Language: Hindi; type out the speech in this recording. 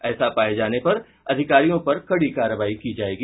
ऐसा पाये जाने पर अधिकारियों पर कड़ी कार्रवाई की जायेगी